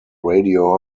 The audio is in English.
radio